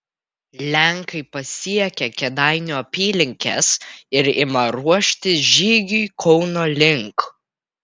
lenkai pasiekia kėdainių apylinkes ir ima ruoštis žygiui kauno link